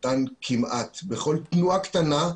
בכל תנועה קטנה,